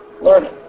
learning